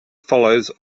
follows